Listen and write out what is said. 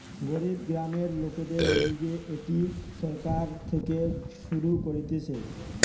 গরিব গ্রামের লোকদের লিগে এটি সরকার থেকে শুরু করতিছে